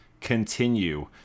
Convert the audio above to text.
continue